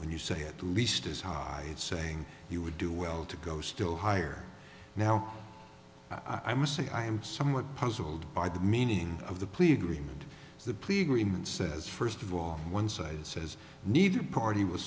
when you say at least as high as saying he would do well to go still higher now i must say i am somewhat puzzled by the meaning of the plea agreement the plea agreement says first of all one side says need to party w